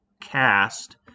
cast